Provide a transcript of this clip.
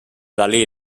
dalí